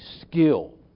skill